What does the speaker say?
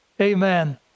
Amen